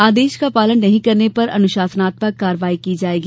आदेश का पालन नहीं करने पर अनुशासनात्मक कार्यवाही की जायेगी